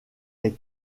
est